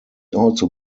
also